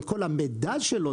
עם כל המידע שלו,